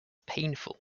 painful